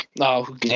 No